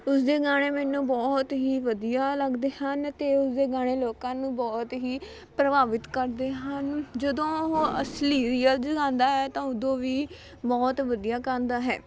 ਉਸਦੇ ਗਾਣੇ ਮੈਨੂੰ ਬਹੁਤ ਹੀ ਵਧੀਆ ਲੱਗਦੇ ਹਨ ਅਤੇ ਉਸਦੇ ਗਾਣੇ ਲੋਕਾਂ ਨੂੰ ਬਹੁਤ ਹੀ ਪ੍ਰਭਾਵਿਤ ਕਰਦੇ ਹਨ ਜਦੋਂ ਉਹ ਅਸਲੀ ਰੀਅਲ 'ਚ ਗਾਉਂਦਾ ਹੈ ਤਾਂ ਉਦੋਂ ਵੀ ਬਹੁਤ ਵਧੀਆ ਗਾਉਂਦਾ ਹੈ